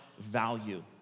value